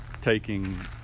taking